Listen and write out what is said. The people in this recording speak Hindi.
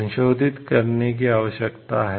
संशोधित करने की आवश्यकता है